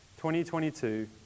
2022